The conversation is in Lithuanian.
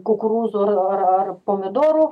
kukurūzų ar pomidorų